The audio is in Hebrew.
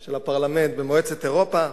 של הפרלמנט במועצת אירופה,